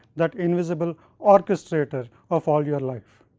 that invisible orchestrator of all your life.